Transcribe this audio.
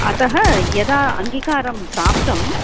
अतः यदा अङ्गीकारः प्राप्तः